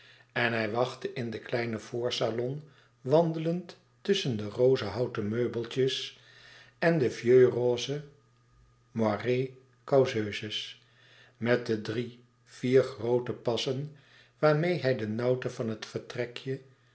en hij wachtte in den kleinen voorsalon wandelend tusschen de rozenhouten meubeltjes en de vieux roze moiré cauzeuses met de drie vier groote passen waarmeê hij de nauwte van het vertrekje